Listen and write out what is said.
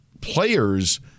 players